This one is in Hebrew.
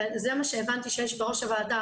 זה מה שהבנתי שיש בראש הוועדה,